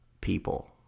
people